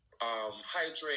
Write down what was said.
hydrate